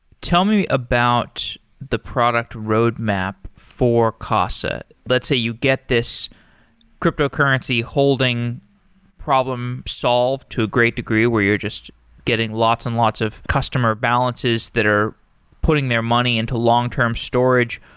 tell me about the product roadmap for casa. let's say you get this cryptocurrency holding problem solved to a great degree, where you're just getting lots and lots of customer balances that are putting their money into long-term storage.